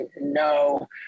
no